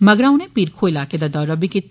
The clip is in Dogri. मगरा उनें पीर खो इलाके दा दौरा बी कीता